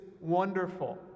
wonderful